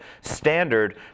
standard